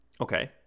Okay